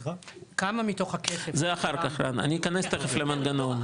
זה אחר כך רן, אני אכנס תיכף למנגנון.